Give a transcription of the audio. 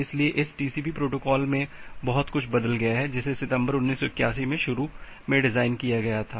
इसलिए इस TCP protocol में बहुत कुछ बदल गया है जिसे सितंबर 1981 में शुरू में डिजाइन किया गया था